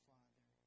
Father